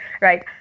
Right